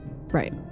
Right